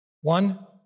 One